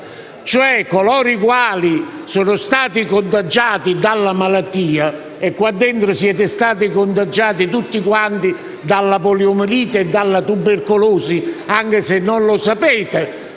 a coloro i quali sono stati contagiati dalla malattia. Qua dentro siete stati contagiati tutti dalla poliomelite e dalla tubercolosi anche se non lo sapete